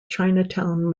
chinatown